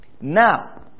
Now